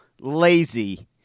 lazy